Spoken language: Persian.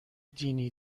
دینی